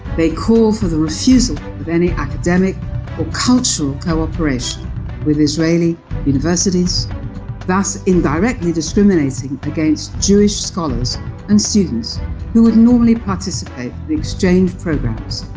they call for the refusal of any academic or cultural cooperation with israeli universities thus indirectly discriminating against jewish scholars and students who would normally participate in exchange programmes.